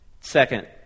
Second